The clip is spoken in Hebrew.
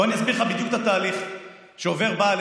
בוא אני אסביר לך בדיוק את התהליך שעובר בעל